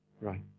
Right